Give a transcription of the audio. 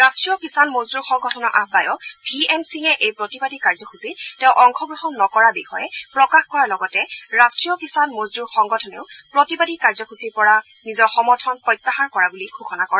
ৰাষ্ট্ৰীয় কিষাণ মজদুৰ সংগঠনৰ আহায়ক ভি এম সিঙে এই প্ৰতিবাদী কাৰ্যসূচীত তেওঁ অংশগ্ৰহণ নকৰাৰ বিষয়ে প্ৰকাশ কৰাৰ লগতে ৰাষ্টীয় কিষাণ মজদুৰ সংগঠনেও প্ৰতিবাদী কাৰ্যসূচীৰ পৰা নিজৰ সমৰ্থন প্ৰত্যাহাৰ কৰা বুলি ঘোষণা কৰে